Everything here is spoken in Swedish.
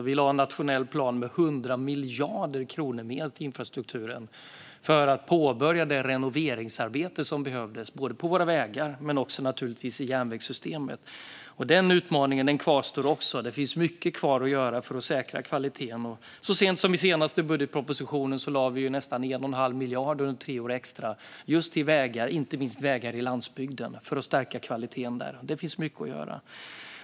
Vi lade fram en nationell plan med 100 miljarder kronor mer till infrastrukturen för att påbörja det renoveringsarbete som behövdes både på våra vägar och, naturligtvis, i järnvägssystemet. Denna utmaning kvarstår. Det finns mycket kvar att göra för att säkra kvaliteten. Så sent som i den senaste budgetpropositionen lade vi nästan 1 1⁄2 miljard under tre år extra just till vägar, inte minst vägar på landsbygden, för att stärka kvaliteten där. Det finns mycket att göra.